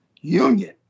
union